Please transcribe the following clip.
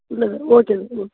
ಇಲ್ಲ sir okay ಹ್ಞೂ